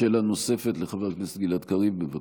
שאלה נוספת לחבר הכנסת גלעד קריב, בבקשה.